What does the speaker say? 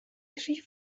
rhif